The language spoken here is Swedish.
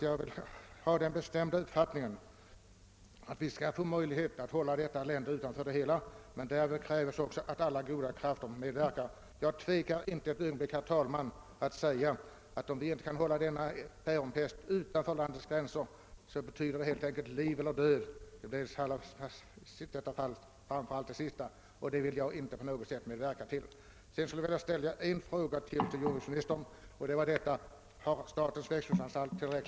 Jag har den bestämda uppfattningen att vi kan få möjligheter att hålla vårt land utanför, men för det kräves medverkan av alla goda krafter. Jag tvekar inte ett ögonblick att säga, att om vi inte kan hålla denna päronpest utanför landets gränser, så betyder det döden för fruktodlingen, och det vill jag inte medverka till.